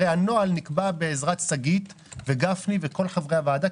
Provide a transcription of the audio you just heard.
הרי הנוהל נקבע בעזרת שגית אפיק וחבר הכנסת גפני וכל חברי הוועדה,